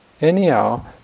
anyhow